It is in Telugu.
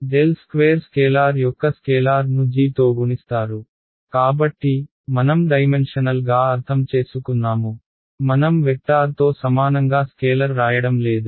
▽2 స్కేలార్ యొక్క స్కేలార్ను g తో గుణిస్తారు కాబట్టి మనం డైమెన్షనల్గా అర్థం చేసుకున్నాము మనం వెక్టార్తో సమానంగా స్కేలర్ రాయడం లేదు